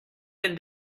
been